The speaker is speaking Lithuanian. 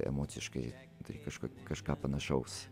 emociškai turi kažkokį kažką panašaus